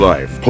Life